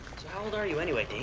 how old are you anyway,